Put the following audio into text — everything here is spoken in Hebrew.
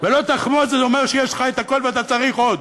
ו"לא תחמוד" אומר שיש לך הכול ואתה צריך עוד.